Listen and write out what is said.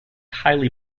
highly